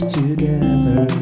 together